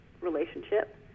relationship